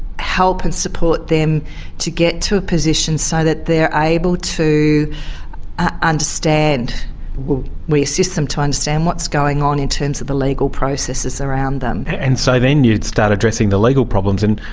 help and support them to get to a position so that they're able to understand well we assist them to understand what's going on in terms of the legal processes around them. and so then you'd start addressing the legal problems and,